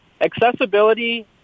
Accessibility